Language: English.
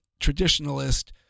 traditionalist